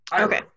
Okay